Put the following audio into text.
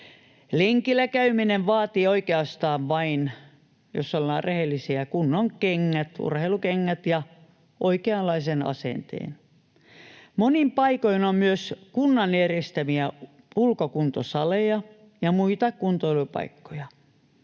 Lenkillä käyminen vaatii oikeastaan vain — jos ollaan rehellisiä — kunnon kengät, urheilukengät, ja oikeanlaisen asenteen. Monin paikoin on myös kunnan järjestämiä ulkokuntosaleja ja muita kuntoilupaikkoja.